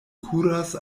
kuras